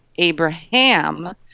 Abraham